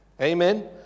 Amen